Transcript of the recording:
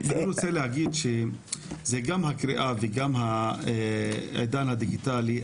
אני רוצה להגיד שגם הקריאה וגם העידן הדיגיטלי,